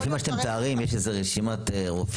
לפי מה שאתם מתארים יש איזה רשימת רופאים